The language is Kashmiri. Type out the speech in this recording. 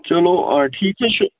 چلو آ ٹھیٖک حظ چھُ